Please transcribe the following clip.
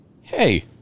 Hey